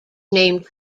named